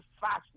fast